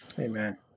Amen